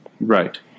Right